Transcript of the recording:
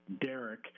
Derek